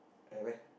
at where